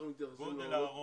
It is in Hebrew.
אנחנו מתייחסים לעולות.